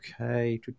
Okay